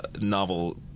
novel